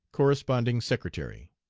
corresponding secretary.